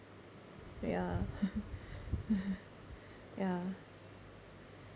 ya ya